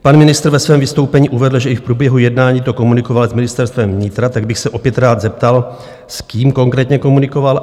Pan ministr ve svém vystoupení uvedl, že i v průběhu jednání to komunikoval s Ministerstvem vnitra, tak bych se opět rád zeptal, s kým konkrétně komunikoval?